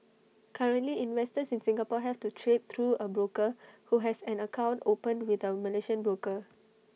currently investors in Singapore have to trade through A broker who has an account opened with A Malaysian broker